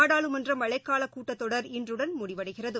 நாடாளுமன்றமழைக்காலகூட்டத்தொடர் இன்றுடன் முடிவடைகிறது